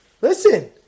listen